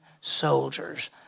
soldiers